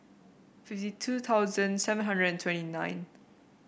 fifty two thousand seven hundred and twenty nine